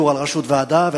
ויתור על ראשות ועדה.